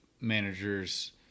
managers